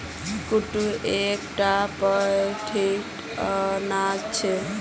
कुट्टू एक टा पौष्टिक अनाज छे